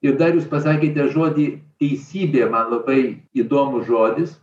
ir dar jūs pasakėte žodį teisybė man labai įdomus žodis